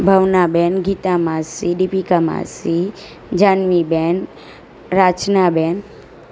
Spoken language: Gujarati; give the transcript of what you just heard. ભાવના બેન ગીતા માસી દિપીકા માસી જાનવી બેન રચના બેન